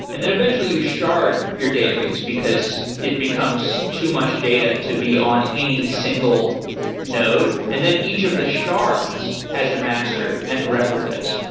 and then eventually you shard your database, because it becomes too much data to be on any single node. and then each of the shards has a master and replicas.